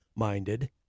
Minded